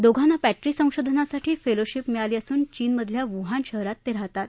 दोघांना बॅटरी संशोधनासाठी फेलोशिप मिळाली असून चीनमधल्या वुहान शहरात ते राहतात